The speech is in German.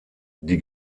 die